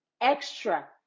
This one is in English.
extra